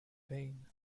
pain